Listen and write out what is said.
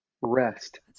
rest